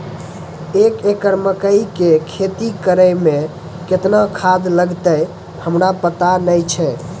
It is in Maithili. एक एकरऽ मकई के खेती करै मे केतना खाद लागतै हमरा पता नैय छै?